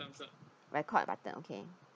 record button okay